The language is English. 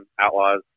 Outlaws